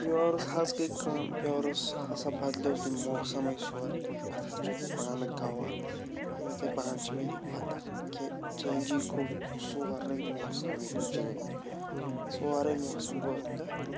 پیٲرِس حظ گٔیے کٲم پیٲرِس ہَسا بَدلیو یہِ موسَمٕے سورُے اَتھ حظ چھُس بہٕ پانہٕ گواہ یُتُے پَہَن چھِ مےٚ یہِ پَتہ کہ چینٛجی گوٚو سورُے موسَمٕے گوٚو چینٛج سورُے موسم گوٚو اَمہِ دۄہ